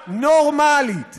מה שאתם מעוללים לכספי ציבור,